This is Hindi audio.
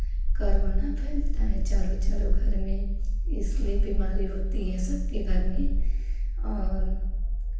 कोरोना फैलता है चारों चारों घर में इसलिए बिमारी होती है सबके घर में और